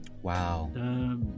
Wow